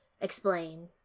Explain